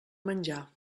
menjar